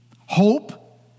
Hope